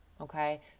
Okay